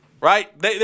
right